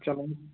چلو